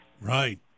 Right